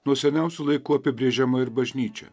nuo seniausių laikų apibrėžiama ir bažnyčia